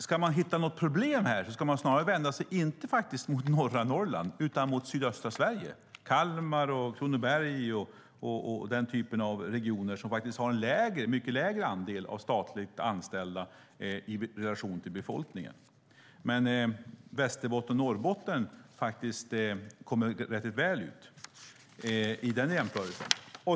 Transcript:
Ska man hitta något problem ska man faktiskt inte vända sig mot norra Norrland utan mot sydöstra Sverige - Kalmar, Kronoberg och den typen av regioner. De har en mycket lägre andel statligt anställda i relation till befolkningen. Västerbotten och Norrbotten kommer väl ut i den jämförelsen.